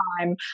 time